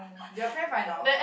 your friend find out